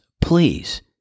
please